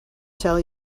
tell